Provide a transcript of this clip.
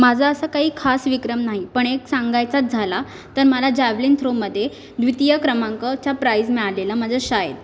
माझं असं काही खास विक्रम नाही पण एक सांगायचाच झाला तर मला जॅवलिंग थ्रोमध्ये द्वितीय क्रमांकचा प्राइज मिळालेला माझ्या शाळेत